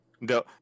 No